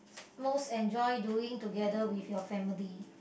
most enjoy doing together with your family